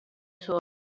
suo